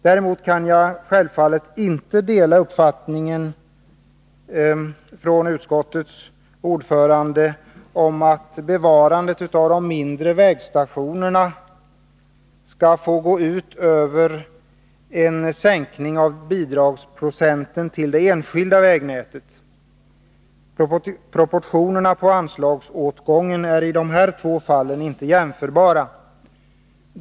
Däremot kan jag självfallet inte dela utskottsordförandens uppfattning att bevarandet av de mindre vägstationerna skall få gå ut över bidragsprocenten till det enskilda vägnätet, som nu sänks. Anslagsåtgången i de här två fallen är inte jämförbar.